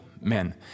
Men